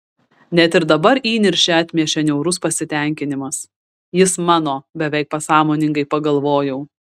net ir dabar įniršį atmiešė niaurus pasitenkinimas jis mano beveik pasąmoningai pagalvojau